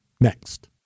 next